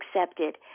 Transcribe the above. accepted